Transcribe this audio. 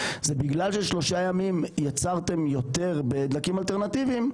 בגלל ששלושה ימים יצרתם יותר בדלקים אלטרנטיביים,